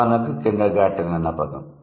ఉదాహరణకు kindergarten అన్న పదం